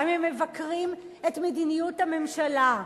גם אם הם מבקרים את מדיניות הממשלה.